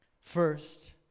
First